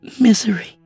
misery